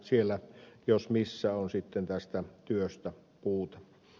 siellä jos missä on tästä työstä puute